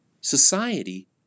Society